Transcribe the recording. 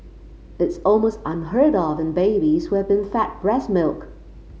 it's almost unheard of in babies who have been fed breast milk